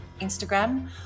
Instagram